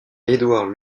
édouard